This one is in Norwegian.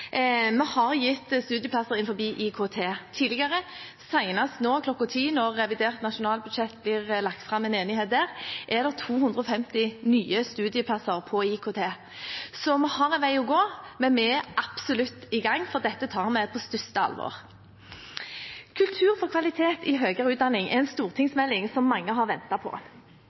Vi har gitt studieplasser innen IKT tidligere. Senest nå kl. 10.00, når revidert nasjonalbudsjett blir lagt fram, er det 250 nye studieplasser innen IKT. Vi har en vei å gå, men vi er absolutt i gang, for dette tar vi på største alvor. Kultur for kvalitet i høyere utdanning er en stortingsmelding mange har ventet på.